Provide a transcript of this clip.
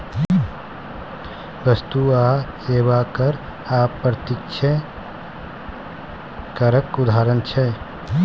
बस्तु आ सेबा कर अप्रत्यक्ष करक उदाहरण छै